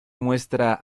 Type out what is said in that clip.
muestra